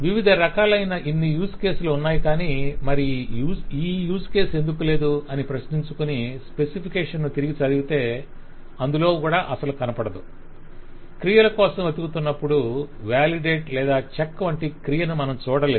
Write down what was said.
వివిధ రకాలైన ఇన్ని యూజ్ కేసులు ఉన్నాయి కానీ మరి ఈ యూస్ కేసు ఎందుకు లేదు అని ప్రశ్నించుకుని స్పెసిఫికేషన్ ను తిరిగి చదివితే అందులో అది అసలు కనపడదు క్రియల కోసం వెతుకుతున్నప్పుడు వాలిడేట్ లేదా చెక్ వంటి క్రియను మనం చూడలేదు